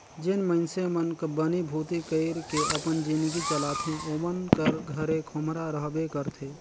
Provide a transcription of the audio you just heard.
जेन मइनसे मन बनी भूती कइर के अपन जिनगी चलाथे ओमन कर घरे खोम्हरा रहबे करथे